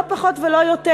לא פחות ולא יותר,